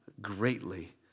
greatly